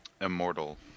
Immortal